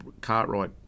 Cartwright